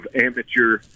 amateur